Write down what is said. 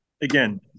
again